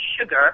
sugar